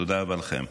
תודה רבה לכם.